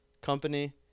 company